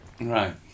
Right